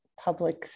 Public